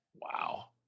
Wow